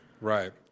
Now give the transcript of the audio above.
right